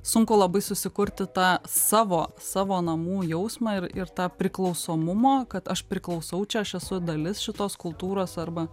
sunku labai susikurti tą savo savo namų jausmą ir ir tą priklausomumo kad aš priklausau čia aš esu dalis šitos kutūros arba